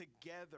together